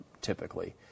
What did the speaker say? typically